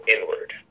inward